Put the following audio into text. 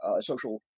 social